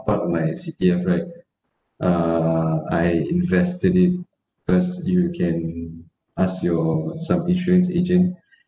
part of my C_P_F right uh I invested it first you can ask your some insurance agent